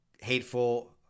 hateful